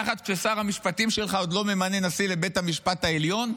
יחד כששר המשפטים שלך עוד לא ממנה נשיא לבית המשפט העליון?